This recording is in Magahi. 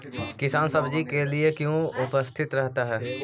किसान सब्जी के लिए क्यों उपस्थित रहता है?